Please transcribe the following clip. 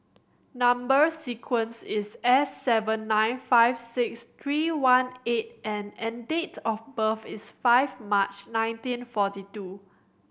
number sequence is S seven nine five six three one eight N and date of birth is five March nineteen forty two